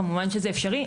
כמובן שזה אפשרי.